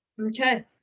okay